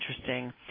interesting